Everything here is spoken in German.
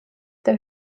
der